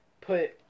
put